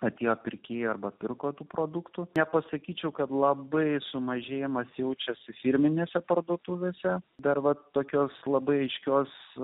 atėjo pirkėjų arba pirko tų produktų nepasakyčiau kad labai sumažėjamas jaučiuosi firminėse parduotuvėse dar vat tokios labai aiškios